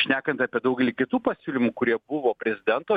šnekant apie daugelį kitų pasiūlymų kurie buvo prezidento